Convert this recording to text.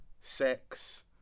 sex